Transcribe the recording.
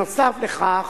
נוסף על כך,